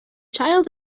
child